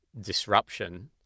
disruption